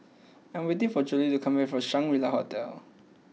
I am waiting for Jolie to come back from Shangri La Hotel